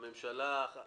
הממשלה.